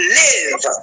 live